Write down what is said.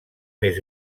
més